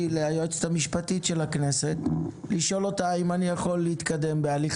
ליועצת המשפטית של הכנסת לשאול אותה אם אני יכול להתקדם בהליך